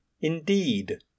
Indeed